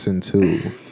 two